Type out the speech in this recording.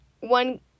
one